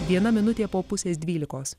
viena minutė po pusės dvylikos